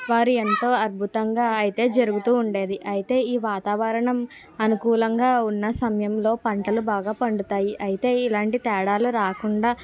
వారి ఎంతో అద్భుతంగా అయితే జరుగుతూ ఉండేది అయితే ఈ వాతావరణం అనుకూలంగా ఉన్న సమయంలో పంటలు బాగా పండుతాయి అయితే ఎలాంటి తేడాలు రాకుండా